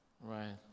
Right